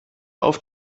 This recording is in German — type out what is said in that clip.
auf